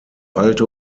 alte